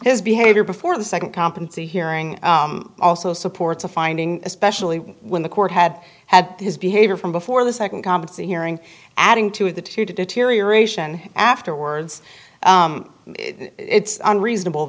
his behavior before the second competency hearing also supports a finding especially when the court had had his behavior from before the second competency hearing adding to the two deterioration afterwards it's unreasonable